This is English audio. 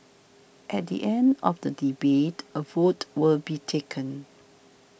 at the end of the debate a vote will be taken